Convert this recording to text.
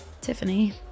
Tiffany